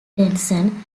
denson